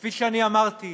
וכפי שאמרתי,